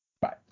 Bye